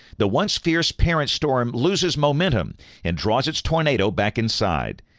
the once fierce parent storm loses momentum and draws its tornado back inside.